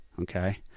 okay